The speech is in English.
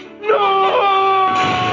No